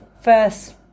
first